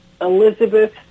Elizabeth